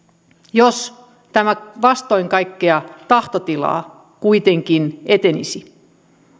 jos tämä vastoin kaikkea tahtotilaa kuitenkin etenisi